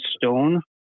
stone